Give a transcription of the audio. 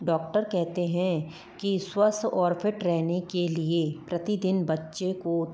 doctor कहते हैं कि स्वस्थ और फिट रहने के लिए प्रति दिन बच्चे को